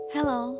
Hello